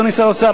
אדוני שר האוצר,